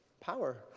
power